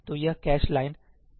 तो यह एक कैश लाइन पर शुरू होता है